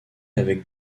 avec